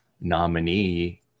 nominee